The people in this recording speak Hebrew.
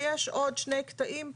ויש עוד שני קטעים פה,